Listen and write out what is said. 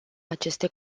aceste